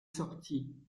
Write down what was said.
sortit